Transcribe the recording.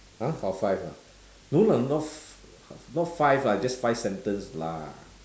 !huh! got five ah no lah not fi~ not five lah just five sentence lah